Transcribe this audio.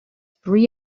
free